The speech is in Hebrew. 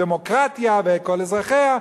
דמוקרטיה וכל אזרחיה,